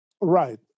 right